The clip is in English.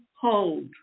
hold